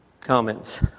comments